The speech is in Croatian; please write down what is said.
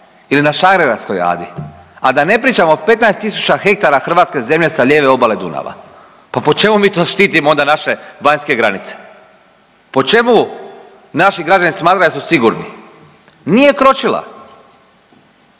ili na Šarengradskoj adi, a da ne pričam o 15 tisuća hektara hrvatske zemlje sa lijeve obale Dunava. Pa po čemu mi to štitimo onda naše vanjske granice? Po čemu naši građani smatraju da su sigurni? Nije kročila.